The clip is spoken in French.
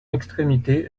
extrémité